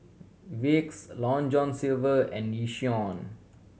Vicks Long John Silver and Yishion